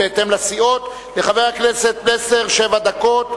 לחבר הכנסת פלסנר שבע דקות,